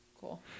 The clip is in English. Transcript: Cool